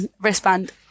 wristband